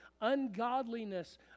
ungodliness